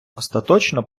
остаточно